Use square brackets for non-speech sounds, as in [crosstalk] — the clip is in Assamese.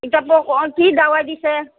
এতিয়া [unintelligible] কি দাৱাই দিছে